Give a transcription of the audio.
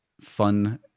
fun